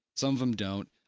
some of them don't.